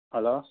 hello